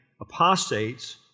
apostates